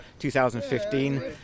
2015